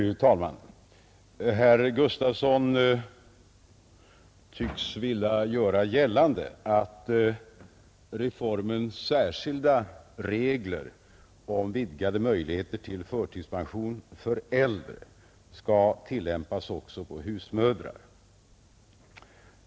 Fru talman! Herr Gustavsson i Alvesta tycks vilja göra gällande att reformens särskilda regler om vidgade möjligheter till förtidspension för äldre skall tillämpas också på husmödrar.